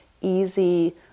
easy